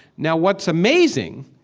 now what's amazing,